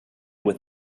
with